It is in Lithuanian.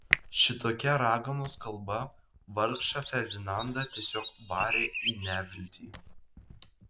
šitokia raganos kalba vargšą ferdinandą tiesiog varė į neviltį